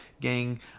gang